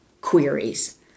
queries